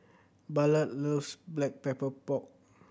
Ballard loves Black Pepper Pork